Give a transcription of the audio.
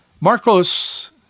Marcos